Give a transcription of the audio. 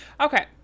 Okay